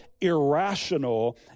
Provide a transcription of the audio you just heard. irrational